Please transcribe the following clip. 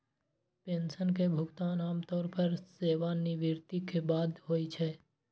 pension के भुगतान आम तौर पर सेवानिवृत्ति के बाद होइ छै